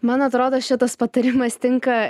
man atrodo šitas patarimas tinka